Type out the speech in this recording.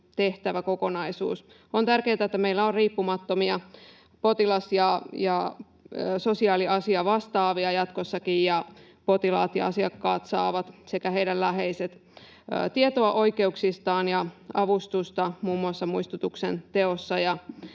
tehtäväkokonaisuus. On tärkeätä, että meillä on riippumattomia potilas- ja sosiaaliasiavastaavia jatkossakin ja potilaat ja asiakkaat sekä heidän läheiset saavat tietoa oikeuksistaan ja avustusta muun muassa muistutuksen teossa